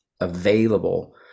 available